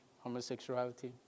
Homosexuality